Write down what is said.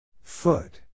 Foot